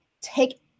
take